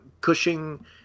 Cushing